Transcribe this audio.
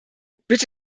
bitte